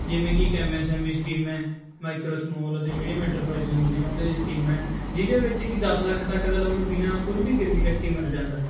ਜਿਵੇਂ ਕਿ ਇੱਕ M S M E scheme ਹੈ ਮਾਈਕਰੋ ਸਮੋਲ ਅਤੇ ਮੀਡੀਅਮ ਐਂਟਰਪ੍ਰਾਈਜ ਹੁੰਦੀਆਂ ਨੇ ਉਹਦੇ ਲਈ ਸਕੀਮ ਹੈ ਜਿਹਦੇ ਵਿੱਚ ਕਿ ਦਸ ਲੱਖ ਤੱਕ ਦਾ ਲੋਨ ਬਿਨਾਂ ਕੁਝ ਵੀ ਗਿਰਵੀ ਰੱਖੀ ਮਿਲ ਜਾਂਦਾ